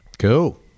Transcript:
Cool